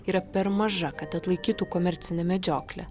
yra per maža kad atlaikytų komercinę medžioklę